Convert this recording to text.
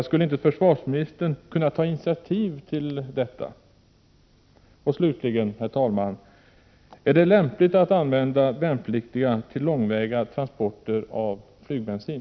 Skulle inte försvarsministern kunna ta initiativ till detta? Slutligen: Är det lämpligt att använda värnpliktiga till långväga transporter av flygbensin?